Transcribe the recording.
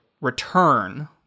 return